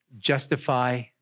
justify